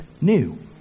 new